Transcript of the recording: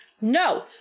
No